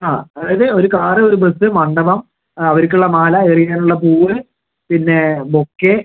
ആ അതായത് ഒരു കാർ ഒരു ബസ്സ് മണ്ഡപം ആ അവർക്ക് ഉള്ള മാല എറിയാൻ ഉള്ള പൂവ് പിന്നെ ബൊക്കെ